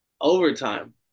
overtime